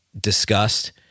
discussed